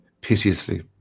piteously